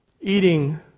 Eating